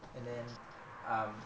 and then um